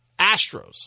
Astros